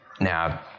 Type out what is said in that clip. now